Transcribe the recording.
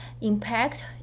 impact